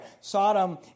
Sodom